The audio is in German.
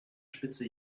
spitze